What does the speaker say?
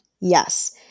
Yes